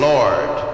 Lord